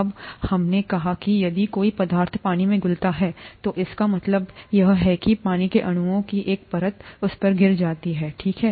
अब हमने कहा कि यदि कोई पदार्थ पानी में घुलता है तो इसका मतलब है कि यह है पानी के अणुओं की एक परत से घिरा ठीक है